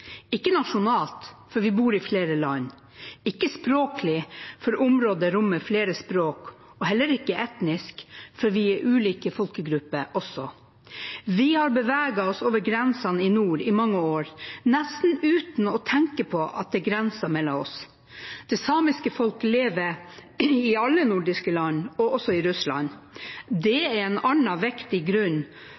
ikke nasjonalt, for vi bor i flere land, ikke språklig, for området rommer flere språk, og heller ikke etnisk, for vi er ulike folkegrupper også. Vi har beveget oss over grensene i nord i mange år nesten uten å tenke på at det er grenser mellom oss. Det samiske folk lever i alle de nordiske land og også i Russland. Det er